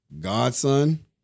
Godson